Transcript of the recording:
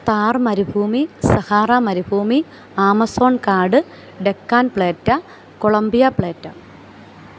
ഥാർ മരുഭൂമി സഹാറ മരുഭൂമി ആമസോൺ കാട് ഡെക്കാൻ പ്ളേറ്റ കൊളംബിയ പ്ളേറ്റ